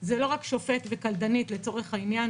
זה לא רק שופט וקלדנית לצורך העניין